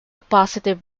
positive